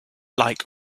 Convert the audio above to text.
like